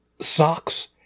socks